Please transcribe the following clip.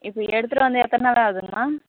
இது எடுத்துகிட்டு வந்து எத்தனை நாள் ஆகுதுங்கம்மா